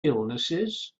illnesses